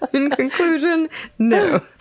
in conclusion no.